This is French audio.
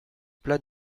plat